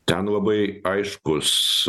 ten labai aiškus